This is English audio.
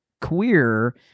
queer